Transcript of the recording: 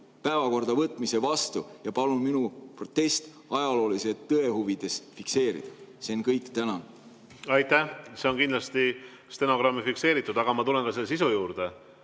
päevakorda võtmise vastu ja palun minu protest ajaloolise tõe huvides fikseerida. See on kõik. Tänan! Aitäh! See on kindlasti stenogrammis fikseeritud. Aga ma tulen selle sisu juurde,